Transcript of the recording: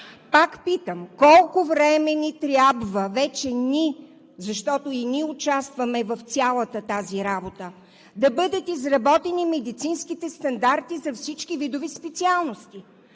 Пак питам: колко време ни трябва – вече „ни“, защото и ние участваме в цялата тази работа, да бъдат изработени медицинските стандарти за всички видове специалности?